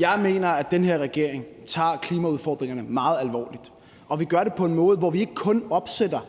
Jeg mener, at den her regering tager klimaudfordringerne meget alvorligt, og at vi gør det på en måde, hvor vi ikke kun opstiller